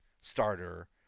starter